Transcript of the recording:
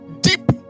deep